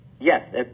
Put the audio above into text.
Yes